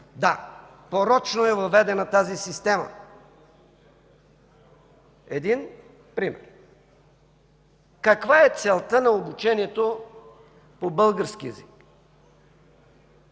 Да, порочно е въведена тази система. Един пример. Каква е целта на обучението по български език?